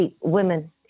women